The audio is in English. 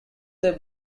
their